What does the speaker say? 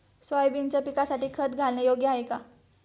सोयाबीनच्या पिकासाठी खत घालणे योग्य आहे का?